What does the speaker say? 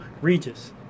Regis